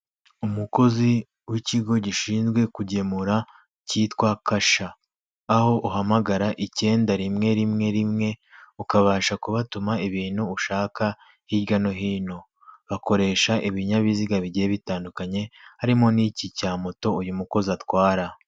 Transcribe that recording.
Umukozi w'ikigo gishinzwe kugemura kitwa kasha, aho uhamagara ikenda rimwe, rimwe, rimwe, ukabasha kubatuma ibintu ushaka hirya no hino, hakoresha ibinyabiziga bigiye bitandukanye, harimo n'iki cya moto uyu mukozi atwara.